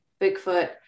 Bigfoot